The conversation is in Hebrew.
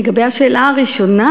לגבי השאלה הראשונה,